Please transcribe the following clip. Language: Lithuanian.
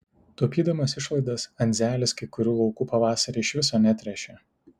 taupydamas išlaidas andzelis kai kurių laukų pavasarį iš viso netręšė